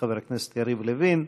חבר הכנסת יריב לוין,